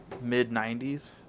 mid-90s